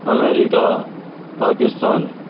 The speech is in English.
America Pakistan